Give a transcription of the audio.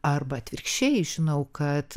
arba atvirkščiai žinau kad